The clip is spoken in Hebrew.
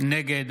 נגד